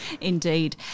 indeed